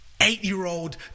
eight-year-old